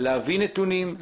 להביא נתונים,